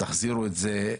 תחזירו את זה,